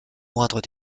moindres